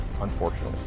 unfortunately